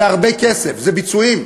זה הרבה כסף, זה ביצועים.